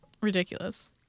ridiculous